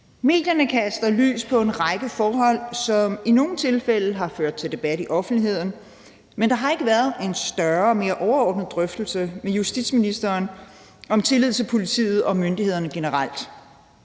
Medierne kaster lys over en række forhold, som i nogle tilfælde har ført til debat i offentligheden, men der har ikke været en større og mere overordnet drøftelse med justitsministeren om tilliden til politiet og myndighederne generelt.